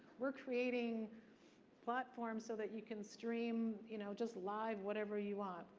we're creating platforms so that you can stream you know just live whatever you want.